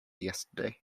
yesterday